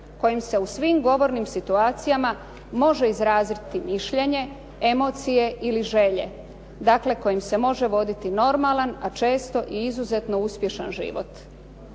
kojim se u svim govornim situacijama može izraziti mišljenje, emocije ili želje. Dakle kojim se može voditi normalan, a često i izuzetno uspješan život.